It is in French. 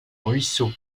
ruisseau